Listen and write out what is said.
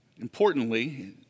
importantly